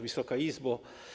Wysoka Izbo!